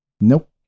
Nope